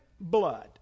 blood